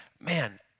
man